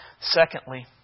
Secondly